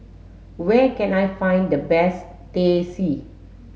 where can I find the best Teh C